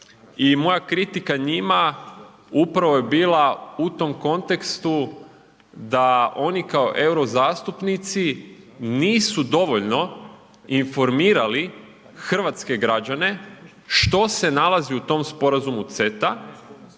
i moja kritika njima upravo je bila u tom kontekstu da oni kao euro zastupnici nisu dovoljno informirali hrvatske građane što se nalazi u tom Sporazumu CETA